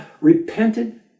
repented